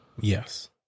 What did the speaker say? Yes